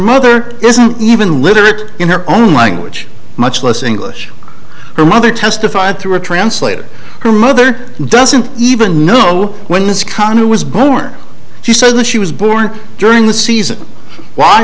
mother isn't even literate in her own language much less english her mother testified through a translator her mother doesn't even know when this conner was born she said that she was born during the season why